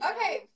Okay